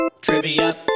Trivia